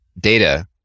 data